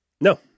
No